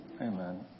Amen